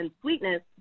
sweetness